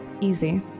Easy